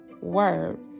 word